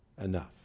enough